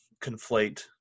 conflate